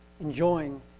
enjoying